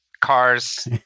cars